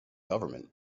government